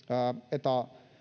eta